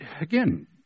again